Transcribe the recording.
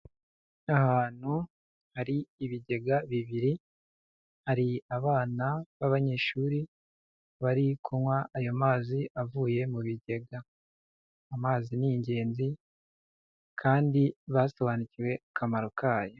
Ahantu hari ibigega bibiri, hari abana b'abanyeshuri, bari kunywa ayo mazi avuye mu bigega. Amazi ni ingenzi kandi basobanukiwe akamaro kayo.